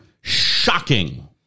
Shocking